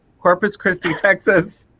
corpus christi, texas